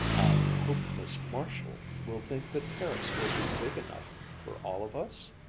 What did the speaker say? i hope miss marshall will think that paris will be big enough for all of us?